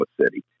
City